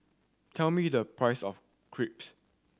tell me the price of Crepe